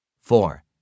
Four